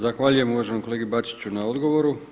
Zahvaljujem uvaženom kolegi Bačiću na odgovoru.